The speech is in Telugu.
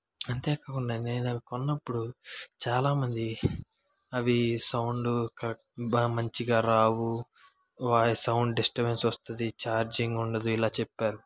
అంతే కాకుండా నేను అవి కొన్నప్పుడు చాలామంది అవి సౌండ్ బాగా మంచిగా రావు వాయిస్ సౌండ్ డిస్టబెన్స్ వస్తుంది చార్జింగ్ ఉండదు ఇలా చెప్పారు